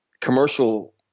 commercial